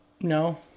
No